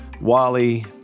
Wally